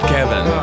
Kevin